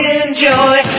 enjoy